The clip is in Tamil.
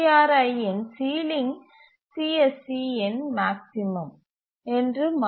CRi இன் சீலிங் CSC இன் மேக்ஸிமம் என்று மாறும்